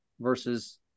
versus